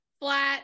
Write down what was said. flat